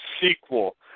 sequel